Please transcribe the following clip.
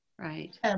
Right